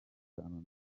itanu